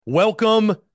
Welcome